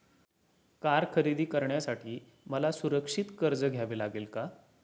Car खरेदी करण्यासाठी मला सुरक्षित कर्ज घ्यावे लागेल का?